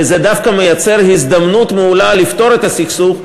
וזה דווקא מייצר הזדמנות מעולה לפתור את הסכסוך,